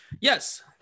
Yes